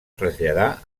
traslladar